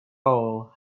hole